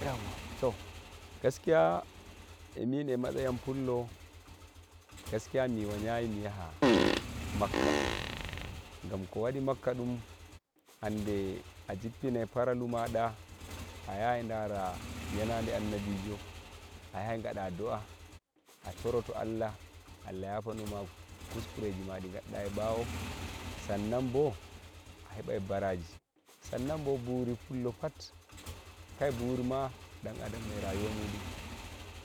yauwa to gaskiya e min matsayi am pullo gaskiya mi wayai mi yaha makka ngam ko waɗi makka ɗum hande a jippinai farali madaa yahai dara yenade annabijo a yahai ngaɗa do'a a toroto Allah Allah yafano ma kuskureji maɗa ndi gadda e ɓawo san nan bo a hebaibaraji san nan bo bari fullo pat kai buri ma ɗan adam e rayuwa muɗum